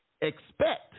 expect